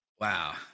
Wow